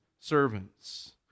servants